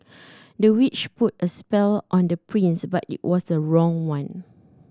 the witch put a spell on the prince but it was the wrong one